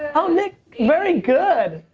oh nik, very good.